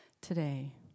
today